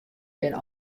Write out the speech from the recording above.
binne